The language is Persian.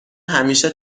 همیشه